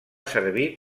servir